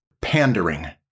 pandering